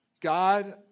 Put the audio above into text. God